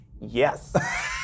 yes